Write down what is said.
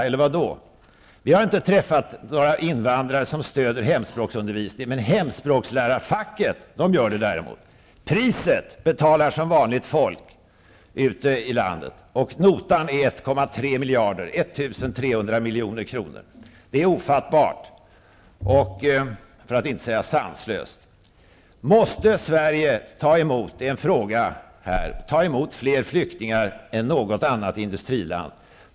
Vi i Ny demokrati har inte träffat på någon invandrare som stöder hemspråksundervisningen. Men däremot gör hemspråkslärarfacket det. Priset betalas som vanligt av folk ute i landet. Notan är 1,3 miljarder kronor. Det är ofattbart, för att inte säga sanslöst. Måste Sverige ta emot fler flyktingar än något annat industriland?